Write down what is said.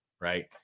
right